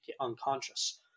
unconscious